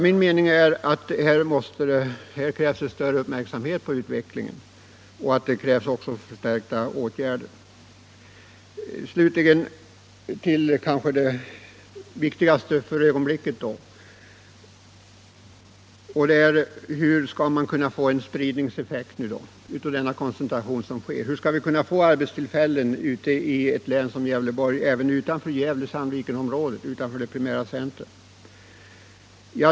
Min mening är att här krävs större uppmärksamhet på utvecklingen och förstärkta åtgärder. Den viktigaste frågan för ögonblicket är emellertid hur vi skall få en spridningseffekt i fråga om den koncentration som sker. Hur skall vi kunna få arbetstillfällen i Gävleborgs län även utanför det primära centrumet Gävle-Sandviken?